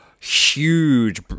huge